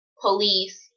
police